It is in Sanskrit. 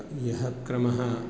यः क्रमः